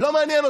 לא מעניין אותי,